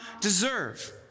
deserve